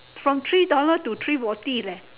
from three dollar to three forty leh